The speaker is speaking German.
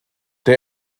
der